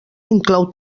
inclou